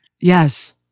Yes